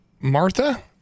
Martha